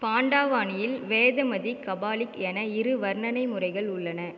பாண்டவாணியில் வேதமதி கபாலிக் என இரு வர்ணனை முறைகள் உள்ளன